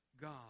God